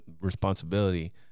responsibility